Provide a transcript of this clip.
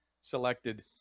selected